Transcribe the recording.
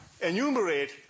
enumerate